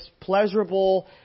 pleasurable